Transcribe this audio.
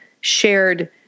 shared